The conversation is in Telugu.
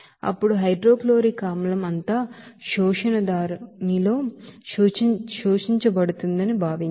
ఇప్పుడు హైడ్రోక్లోరిక్ ఆసిడ్ అంతా అబ్సర్బెర్లో అబ్సర్డ్ అవ్వబడుతుందని భావించండి